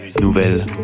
nouvelles